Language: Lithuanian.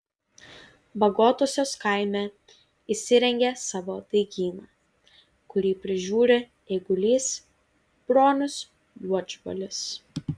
bagotosios kaime įsirengė savo daigyną kurį prižiūri eigulys bronius juodžbalis